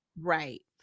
right